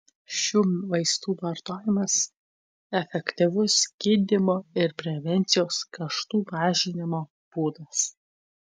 šių vaistų vartojimas efektyvus gydymo ir prevencijos kaštų mažinimo būdas